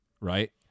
right